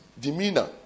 demeanor